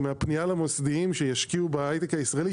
מהפנייה למוסדיים שישקיעו בהייטק הישראלי,